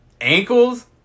Ankles